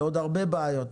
לעוד הרבה בעיות,